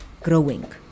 growing